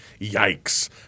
Yikes